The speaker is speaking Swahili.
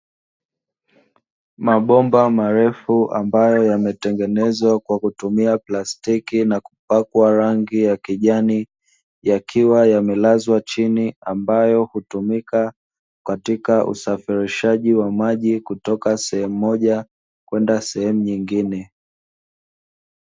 Mabomba marefu ambayo yametengenezwa kwa kutumia plastiki na kupakwa rangi ya kijani, yakiwa yamelazwa chini ambayo hutumika katika usafirishaji wa maji kutoka sehemu moja kwenda sehemu nyingine.